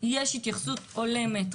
יש התייחסות הולמת,